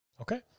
Okay